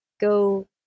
go